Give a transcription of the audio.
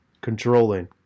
controlling